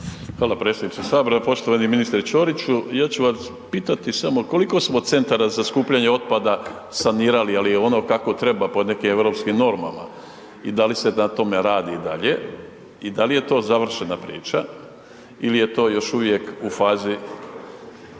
Hvala predsjedniče sabora. Poštovani ministre Ćoriću, ja ću vas pitati samo koliko smo centara za skupljanje otpada sanirali, ali ono kako treba po nekim europskim normama i da li se na tome radi i dalje i da li je to završena priča ili je to još uvijek u fazi